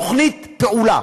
תוכנית פעולה.